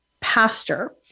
pastor